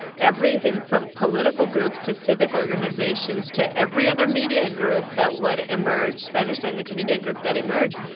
everything from political groups to civic organizations to every other media group that would emerge, spanish-language media group that emerged,